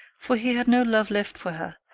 for he had no love left for her,